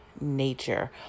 nature